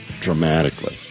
dramatically